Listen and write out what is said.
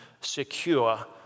secure